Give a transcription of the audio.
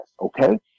okay